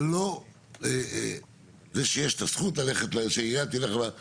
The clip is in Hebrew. זה לא זה שיש את הזכות, העירייה תלך, בוא,